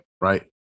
right